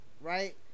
right